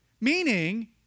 meaning